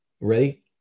Ready